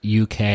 UK